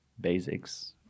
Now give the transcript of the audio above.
basics